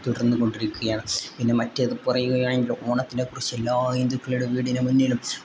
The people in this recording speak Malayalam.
തുടർന്നുകൊണ്ടിരിക്കുകയാണ് പിന്നെ മറ്റേത് പറയുകയാണെങ്കിലോ ഓണത്തിനെക്കുറിച്ച് എല്ലാ ഹിന്ദുക്കളുടെ വീടിന് മുന്നിലും